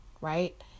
right